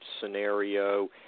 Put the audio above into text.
scenario